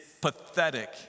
pathetic